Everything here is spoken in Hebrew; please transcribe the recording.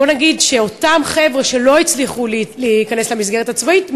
בוא נגיד שאותם חבר'ה שלא הצליחו להיכנס למסגרת הצבאית,